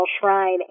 Shrine